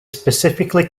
specifically